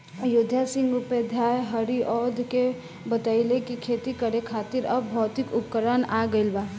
अयोध्या सिंह उपाध्याय हरिऔध के बतइले कि खेती करे खातिर अब भौतिक उपकरण आ गइल बा